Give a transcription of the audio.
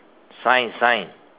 sign sign